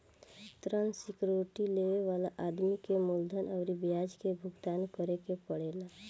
ऋण सिक्योरिटी लेबे वाला आदमी के मूलधन अउरी ब्याज के भुगतान करे के पड़ेला